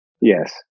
Yes